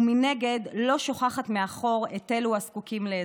ומנגד לא שוכחת מאחור את אלו הזקוקים לעזרה,